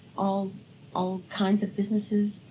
all all kinds of businesses,